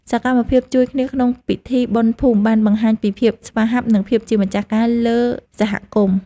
សកម្មភាពជួយគ្នាក្នុងពិធីបុណ្យភូមិ បានបង្ហាញពីភាពស្វាហាប់ និងភាពជាម្ចាស់ការលើសហគមន៍។